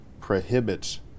prohibits